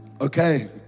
okay